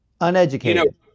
uneducated